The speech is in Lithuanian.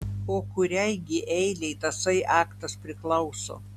o kuriai gi eilei tasai aktas priklauso